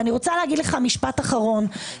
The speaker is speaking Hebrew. משפט אחרון.